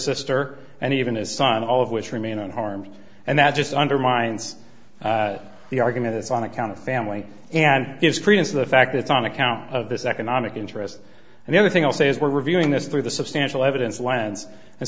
sister and even his son all of which remain on harm and that just undermines the argument it's on account of family and gives credence to the fact that it's on account of this economic interest and the other thing i'll say is we're viewing this through the substantial evidence lands and